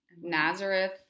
Nazareth